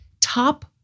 top